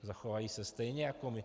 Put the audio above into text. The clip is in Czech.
Zachovají se stejně jako my.